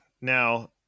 now